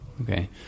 Okay